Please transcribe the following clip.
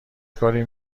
کاری